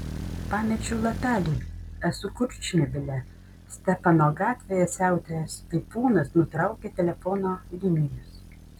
pamečiau lapelį esu kurčnebylė stefano gatvėje siautėjęs taifūnas nutraukė telefono linijas